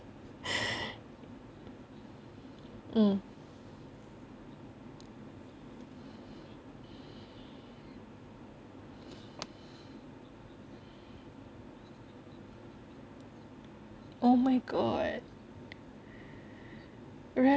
um oh my god